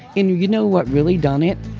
and you you know what really done it?